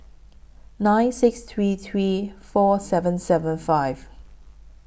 nine six three three four seven seven five